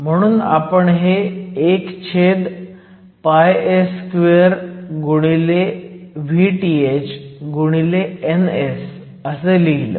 म्हणून आपण हे 1 πa2VthNs असं लिहिलं